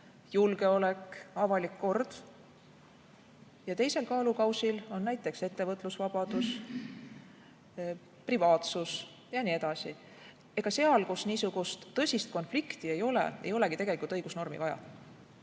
julgeolek, avalik kord, ja teisel kaalukausil on näiteks ettevõtlusvabadus, privaatsus jne. Seal, kus niisugust tõsist konflikti ei ole, ei olegi tegelikult õigusnormi vaja.